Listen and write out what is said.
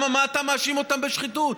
מה אתה מאשים אותם בשחיתות?